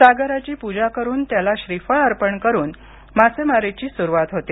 सागराची पूजा करून त्याला श्रीफळ अर्पण करून मासेमारीची सुरुवात होते